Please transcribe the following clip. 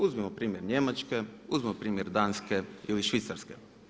Uzmimo primjer Njemačke, uzmimo primjer Danske ili Švicarske.